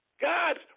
God's